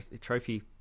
trophy